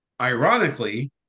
ironically